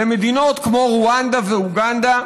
למדינות כמו רואנדה ואוגנדה.